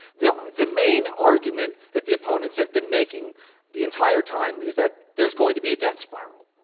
the the main argument that the opponents have been making the entire time is that there is going to be a death spiral.